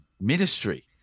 ministry